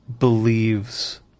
believes